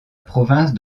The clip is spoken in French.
province